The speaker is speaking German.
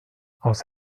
aus